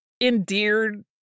endeared